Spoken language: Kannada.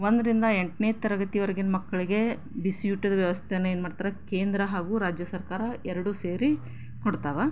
ಒಂದರಿಂದ ಎಂಟನೇ ತರಗತಿವರೆಗಿನ ಮಕ್ಕಳಿಗೆ ಬಿಸಿ ಊಟದ ವ್ಯವಸ್ಥೆನು ಏನು ಮಾಡ್ತಾರೆ ಕೇಂದ್ರ ಹಾಗೂ ರಾಜ್ಯ ಸರ್ಕಾರ ಎರಡು ಸೇರಿ ಕೊಡ್ತವೆ